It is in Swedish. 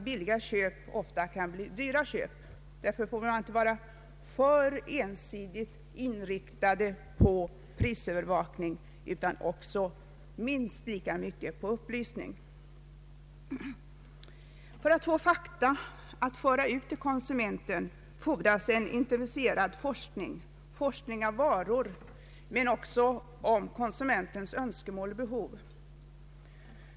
Billiga köp kan ofta vara dyra köp, och därför får man inte vara ensidigt inriktad på prisövervakning. Det gäller minst lika mycket att satsa på upplysning. För att få fakta att föra ut till konsumenten fordras en = intensifierad forskning — om varor men också om konsumentens önskemål och behov.